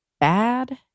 bad